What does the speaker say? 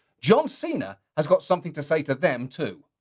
john cena has got something to say to them too.